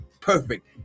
perfect